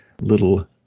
little